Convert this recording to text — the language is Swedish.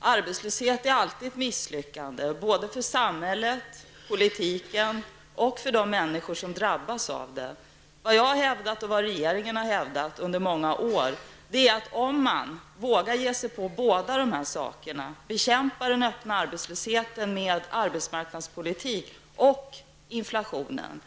Arbetslöshet är alltid ett misslyckande, både för samhället, för politiken och för de människor som drabbas av den. Vad jag har hävdat, och vad regeringen har hävdat under många år, är att man måste våga ge sig på båda dessa saker -- bekämpa den öppna arbetslösheten med arbetsmarknadspolitik och bekämpa inflationen.